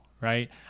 right